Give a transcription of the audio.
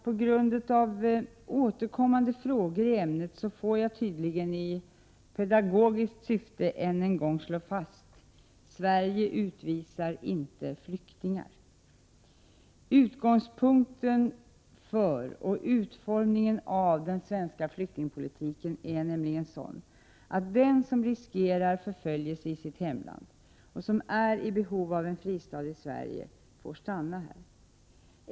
På grund av återkommande frågor i ämnet får jag tydligen i pedagogiskt syfte än en gång slå fast: Sverige utvisar inte flykingar. Utgångspunkten för och utformningen av den svenska flyktingpolitiken är nämligen sådan att den som riskerar förföljelse i sitt hemland och som är i behov av en fristad i Sverige får stanna här.